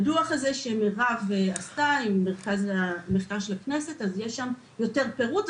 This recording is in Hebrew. בדו"ח שמירב עשתה עם מרכז המחקר של הכנסת יש יותר פירוט,